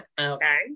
Okay